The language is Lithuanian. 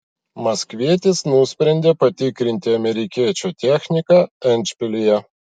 maskvietis nusprendė patikrinti amerikiečio techniką endšpilyje